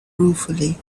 ruefully